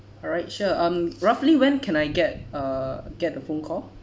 alright sure um roughly when can I get uh get the phone call